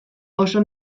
oso